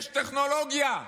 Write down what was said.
יש טכנולוגיה,